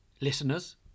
listeners